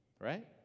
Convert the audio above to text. right